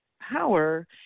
power